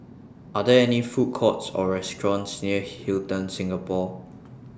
Are There any Food Courts Or restaurants near Hilton Singapore